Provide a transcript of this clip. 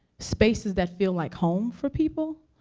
spaces that feel like home for people.